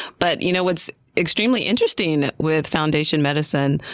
but you know what's extremely interesting with foundation medicine,